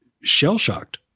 shell-shocked